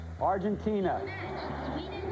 Argentina